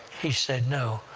he said, no.